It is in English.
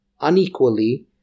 unequally